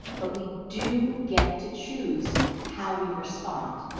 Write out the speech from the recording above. but we do get to choose how we respond,